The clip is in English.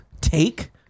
take